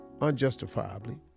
unjustifiably